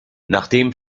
nachdem